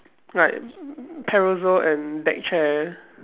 like parasol and deck chair